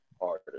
harder